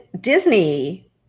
Disney